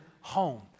home